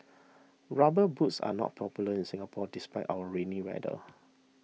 rubber boots are not popular in Singapore despite our rainy weather